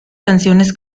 canciones